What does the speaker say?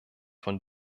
von